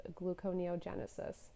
gluconeogenesis